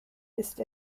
ist